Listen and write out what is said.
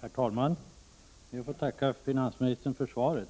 Herr talman! Jag ber att få tacka finansministern för svaret.